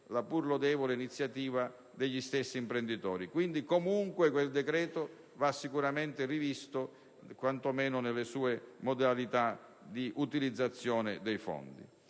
la pur lodevole iniziativa degli stessi imprenditori). Quindi, comunque, quel decreto va sicuramente rivisto, quanto meno nelle sue modalità di utilizzazione dei fondi.